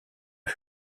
eux